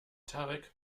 tarek